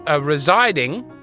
residing